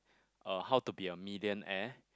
uh how to be a millionaire